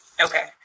Okay